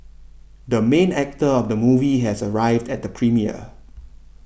the main actor of the movie has arrived at the premiere